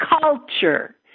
culture